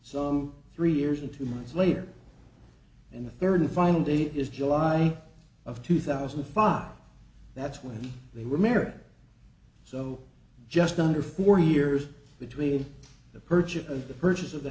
so three years and two months later in the third and final date is july of two thousand and five that's when they were married so just under four years between the purchase of the purchase of the